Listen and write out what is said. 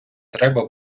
треба